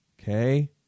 okay